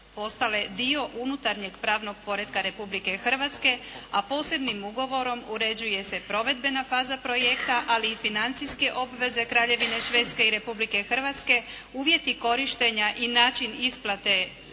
postale dio unutarnjeg pravnog poretka Republike Hrvatske, a posebnim ugovorom uređuje se provedbena faza projekta, ali i financijske obveze Kraljevine Švedske i Republike Hrvatske, uvjeti korištenja i način isplate